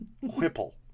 Whipple